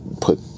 put